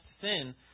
sin